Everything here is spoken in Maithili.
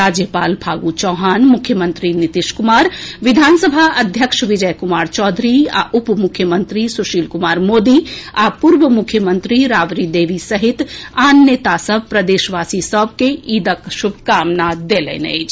राज्यपाल फागू चौहान मुख्यमंत्री नीतीश कुमार विधानसभा अध्यक्ष विजय कुमार चौधरी उप मुख्यमंत्री सुशील कुमार मोदी आ पूर्व मुख्यमंत्री राबड़ी देवी सहित आन नेता सभ प्रदेशवासी सभ के ईदक शुभकामना देलनि अछि